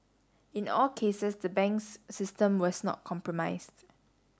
in all cases the banks system was not compromised